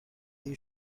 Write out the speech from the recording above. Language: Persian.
این